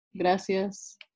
gracias